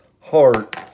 heart